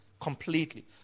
completely